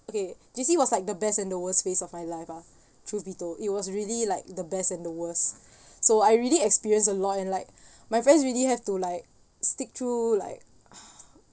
okay J_C was like the best and the worst phase of my life ah truth be told it was really like the best and the worst so I really experience a lot and like my friends really have to like stick through like